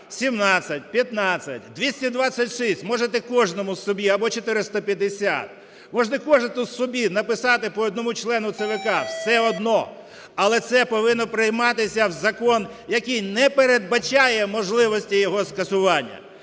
17, 15, 226, можете кожному собі, або 450, можете кожен тут собі написати по одному члену ЦВК, все одно. Але це повинно прийматися в закон, який не передбачає можливості його скасування.